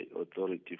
authority